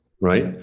Right